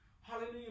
Hallelujah